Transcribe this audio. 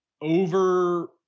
over